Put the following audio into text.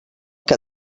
que